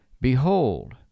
Behold